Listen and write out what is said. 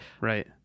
right